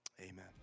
Amen